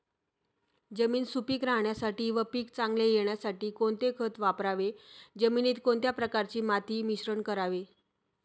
जमीन सुपिक राहण्यासाठी व पीक चांगले येण्यासाठी कोणते खत वापरावे? जमिनीत कोणत्या प्रकारचे माती मिश्रण करावे?